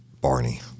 Barney